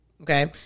Okay